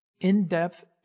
in-depth